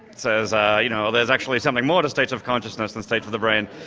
says ah you know, there's actually something more to states of consciousness than states of the brain,